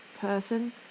person